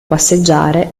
passeggiare